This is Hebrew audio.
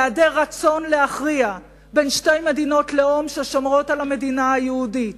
בהעדר רצון להכריע בין שתי מדינות לאום ששומרות על המדינה היהודית,